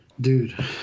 dude